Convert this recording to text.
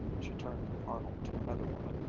she turned from arnold to another woman,